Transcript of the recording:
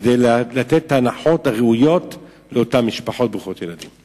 כדי לתת את ההנחיות הראויות לאותן משפחות ברוכות הילדים.